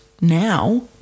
now